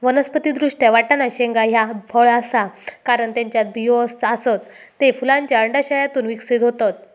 वनस्पति दृष्ट्या, वाटाणा शेंगा ह्या फळ आसा, कारण त्येच्यात बियो आसत, ते फुलांच्या अंडाशयातून विकसित होतत